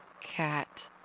cat